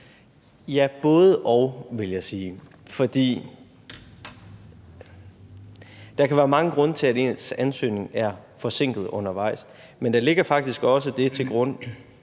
Ja, både-og vil jeg sige, for der kan være mange grunde til, at ens ansøgning er forsinket undervejs, men der ligger faktisk også noget til grund,